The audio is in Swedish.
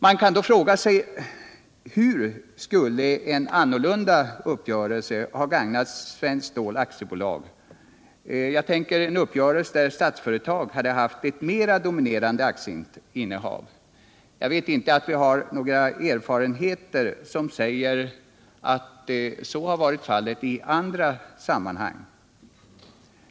Man kan fråga sig: Hur skulle en annorlunda uppgörelse ha gagnat Svenskt Stål AB, en uppgörelse där Statsföretag haft ett mera dominerande aktieinnehav? Jag vet inte att vi har några erfarenheter av att så varit fallet i andra sammanhang.